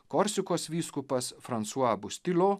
korsikos vyskupas fransua bustilo